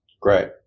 Great